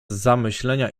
zamyślenia